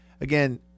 Again